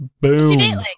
Boom